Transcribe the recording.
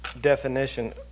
definition